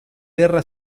guerra